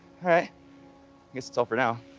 i guess that's all for now.